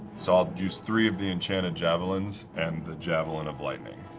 so i'll use three of the enchanted javelins and the javelin of lightning.